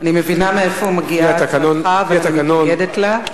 אני מבינה מאיפה מגיעה הצעתך, ואני מתנגדת לה.